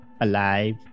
alive